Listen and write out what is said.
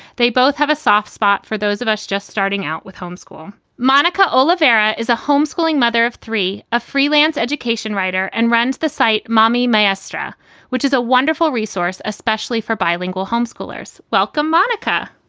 they both have a soft spot for those of us just starting out with homeschool. monica olivera is a homeschooling mother of three, a freelance education writer, and runs the site mommy maestre, which is a wonderful resource, especially for bilingual homeschoolers. welcome. monica,